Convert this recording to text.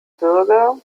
bürger